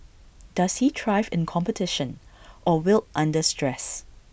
does he thrive in competition or wilt under stress